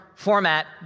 format